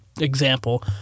example